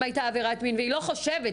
אם הייתה עבירת מין והיא לא חושבת,